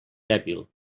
dèbil